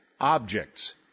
objects